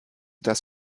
das